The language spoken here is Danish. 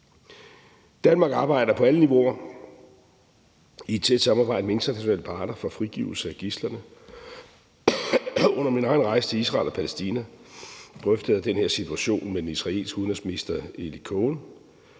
Danmark arbejder på alle niveauer i et tæt samarbejde med internationale parter for frigivelse af gidslerne. Under min egen rejse til Israel og Palæstina drøftede jeg den her situation med den israelske udenrigsminister, Eli Cohen,